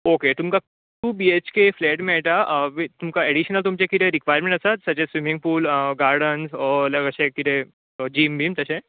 okay तुमकां two BHK flat मेळटा तुमकां एडीशनल तुमचे कितें रिक्वायमेन्ट आसा जशे स्विमींग पूल गार्डन अलग अशें कितें जीम बीन तशें